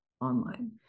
online